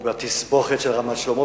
או בתסבוכת של רמת-שלמה,